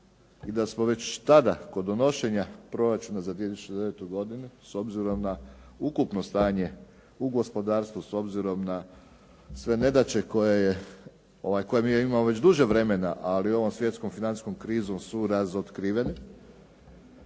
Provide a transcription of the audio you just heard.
i da smo već tada kod donošenja proračuna za 2009. godinu s obzirom na ukupno stanje u gospodarstvo, s obzirom na sve nedaće koje mi imamo već duže vremena, ali ovom svjetskom financijskom krizom su razotkrivene,